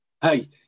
Hey